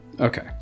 Okay